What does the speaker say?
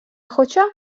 хоча